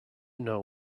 know